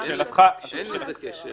אין לזה קשר.